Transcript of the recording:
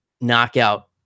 knockout